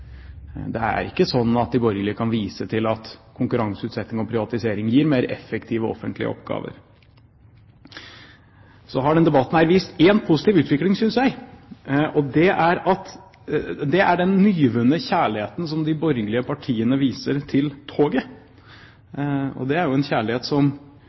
Det er ikke slik at de borgerlige kan vise til at konkurranseutsetting og privatisering gir mer effektive offentlige oppgaver. Så har denne debatten vist én positiv utvikling, synes jeg, og det er den nyvunne kjærligheten som de borgerlige partiene viser til toget. Det er jo en kjærlighet som